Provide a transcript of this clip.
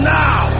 now